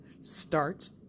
starts